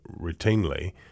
routinely